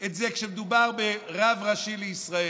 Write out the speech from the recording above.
את זה כשמדובר ברב ראשי לישראל,